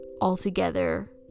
altogether